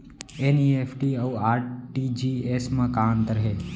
NEFT अऊ RTGS मा का अंतर हे?